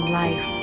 life